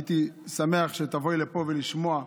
הייתי שמח שתבואי לפה לשמוע.